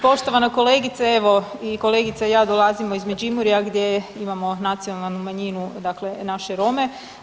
Poštovana kolegice evo kolegica i ja dolazimo iz Međimurja gdje imamo nacionalnu manjinu dakle naše Rome.